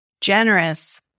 generous